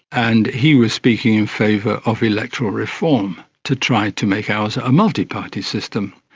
and he was speaking in favour of electoral reform to try to make ours a multiparty system.